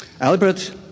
Albert